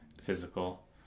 physical